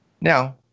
now